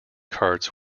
carts